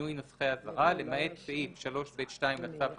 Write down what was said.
שינוי נוסחי אזהרה) למעט סעיף 3(ב)(2) לצו האמור,